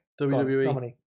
WWE